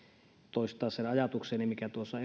toistaa sen ajatukseni minkä tuossa